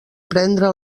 prendre